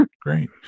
Great